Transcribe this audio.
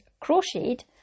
crocheted